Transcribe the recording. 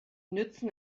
nützen